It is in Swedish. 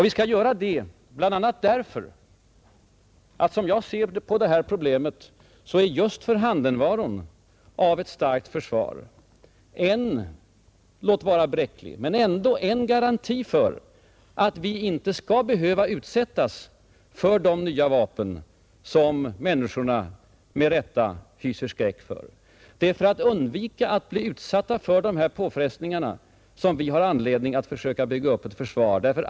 Vi skall göra det bl.a. därför att just förhandenvaron av ett starkt försvar, enligt mitt sätt att se på detta problem, är en garanti, låt vara en bräcklig sådan, för att vi inte skall behöva utsättas för de nya vapen, som människorna med rätta hyser skräck för. Det är bl.a. för att undvika att bli utsatta för dessa påfrestningar som vi har anledning att försöka bygga upp ett försvar.